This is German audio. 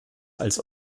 als